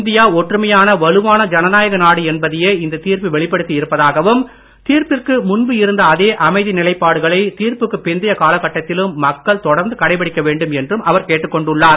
India ஒற்றுமையான வலுவான ஜனநாயக நாடு என்பதையே இந்த தீர்ப்பு வெளிப்படுத்தி இருப்பதாகவும் தீர்ப்பிற்கு முன்பு இருந்த அதே அமைதி நிலைப்பாடுகளை தீர்ப்புக்கு பிந்தைய காலக்கட்டத்திலும் மக்கள் தொடர்ந்து கடைபிடிக்க கேட்டுக்கொண்டுள்ளார்